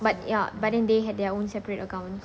but ya but then they had their own separate accounts